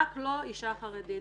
רק לא אישה חרדית.